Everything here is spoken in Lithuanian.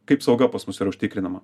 kaip sauga pas mus yra užtikrinama